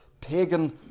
pagan